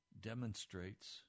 demonstrates